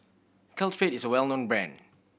Caltrate is a well known brand